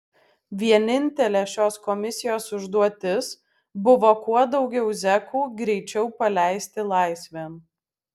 vienintelė šios komisijos užduotis buvo kuo daugiau zekų greičiau paleisti laisvėn